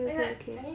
it's like I mean